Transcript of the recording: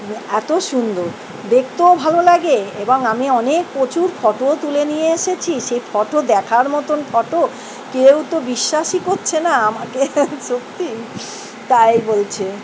এতো সুন্দর দেখতেও ভালো লাগে এবং আমি অনেক প্রচুর ফটোও তুলে নিয়ে এসেছি সেই ফটো দেখার মতোন ফটো কেউ তো বিশ্বাসই করছে না আমাকে সত্যি তাই বলছে